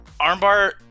Armbar